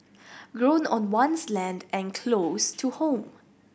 grown on one's land and close to home